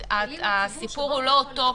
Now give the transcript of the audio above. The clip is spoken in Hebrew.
הסיפור הוא לא אוטופי.